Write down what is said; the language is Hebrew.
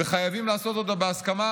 וחייבים לעשות אותה בהסכמה,